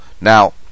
now